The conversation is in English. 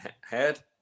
head